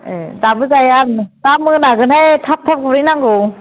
ए दाबो जाया आरो नों दा मोनागोनहाय थाब थाब गुरहैनांगौ